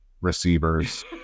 receivers